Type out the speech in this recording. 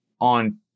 on